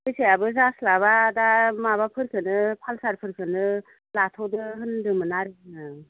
फैसायाबो जास्लाबा दा माबाफोरखौनो पालसारफोरखौनो लाथ'दो होनदोंमोन आरो आङो